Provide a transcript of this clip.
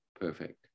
Perfect